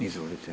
Izvolite.